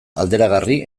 alderagarri